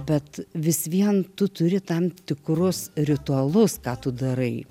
bet vis vien tu turi tam tikrus ritualus ką tu darai